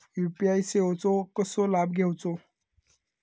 UPI सेवाचो कसो लाभ घेवचो?